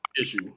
issue